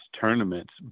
tournaments